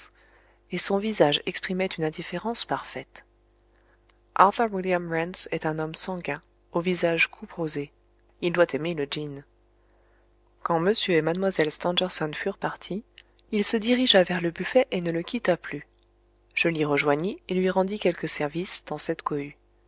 et son visage exprimait une indifférence parfaite arthur william rance est un homme sanguin au visage couperosé il doit aimer le gin quand m et mlle stangerson furent partis il se dirigea vers le buffet et ne le quitta plus je l'y rejoignis et lui rendis quelques services dans cette cohue